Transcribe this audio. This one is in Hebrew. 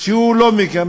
שלא מקיים.